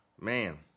Man